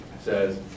says